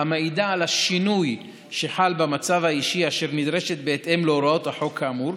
המעידה על השינוי שחל במצב האישי ואשר נדרשת בהתאם להוראות החוק האמור,